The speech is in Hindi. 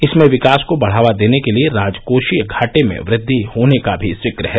इसमें विकास को बढ़ावा देने के लिए राजकोषीय घाटे में वृद्वि होने का भी जिक्र है